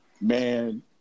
man